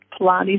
Pilates